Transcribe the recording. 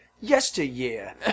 yesteryear